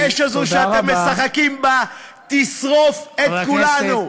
והאש הזאת שאתם משחקים בה תשרוף את כולנו.